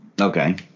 Okay